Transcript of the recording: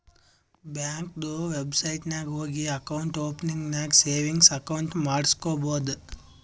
ಬ್ಯಾಂಕ್ದು ವೆಬ್ಸೈಟ್ ನಾಗ್ ಹೋಗಿ ಅಕೌಂಟ್ ಓಪನಿಂಗ್ ನಾಗ್ ಸೇವಿಂಗ್ಸ್ ಅಕೌಂಟ್ ಮಾಡುಸ್ಕೊಬೋದು